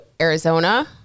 Arizona